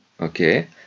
okay